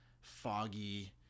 foggy